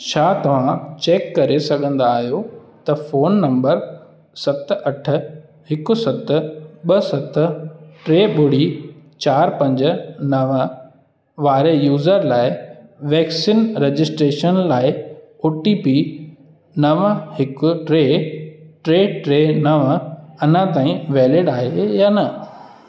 छा तव्हां चेक करे सघंदा आहियो त फोन नंबर सत अठ हिकु सत ॿ सत टे ॿुड़ी चारि पंज नव वारे यूज़र लाइ वेक्सीन रजिस्ट्रेशन लाइ ओ टी पी नव हिकु टे टे टे नव अञा ताईं वैलिड आहे या न